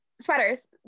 sweaters